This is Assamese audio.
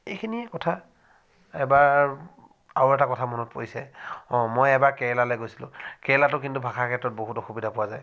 এইখিনিয়ে কথা এবাৰ আৰু এটা কথা মনত পৰিছে অঁ মই এবাৰ কেৰেলালৈ গৈছিলোঁ কেৰেলাতো কিন্তু ভাষাৰ ক্ষেত্ৰত বহুতো অসুবিধা পোৱা যায়